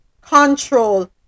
control